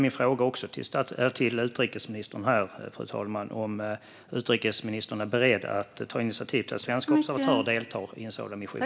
Min fråga till utrikesministern är, fru talman, om utrikesministern är beredd att ta initiativ till att svenska observatörer deltar i en sådan mission.